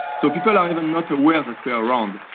so people are even not aware that we are around.